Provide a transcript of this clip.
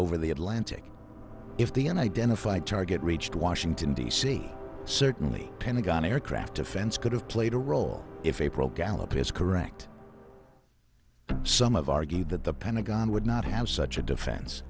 over the atlantic if the end identified target reached washington d c certainly pentagon aircraft offense could have played a role if april gallop is correct some of argued that the pentagon would not have such a defense